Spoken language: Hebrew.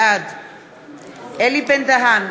בעד אלי בן-דהן,